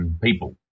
People